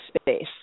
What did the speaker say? space